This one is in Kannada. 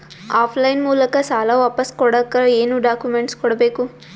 ಆಫ್ ಲೈನ್ ಮೂಲಕ ಸಾಲ ವಾಪಸ್ ಕೊಡಕ್ ಏನು ಡಾಕ್ಯೂಮೆಂಟ್ಸ್ ಕೊಡಬೇಕು?